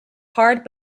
hard